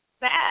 bad